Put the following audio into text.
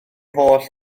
holl